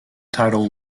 title